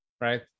right